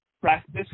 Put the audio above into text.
practice